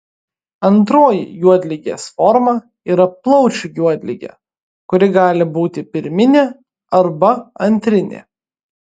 antroji juodligės forma yra plaučių juodligė kuri gali būti pirminė arba antrinė